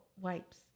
wipes